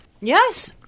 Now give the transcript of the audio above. Yes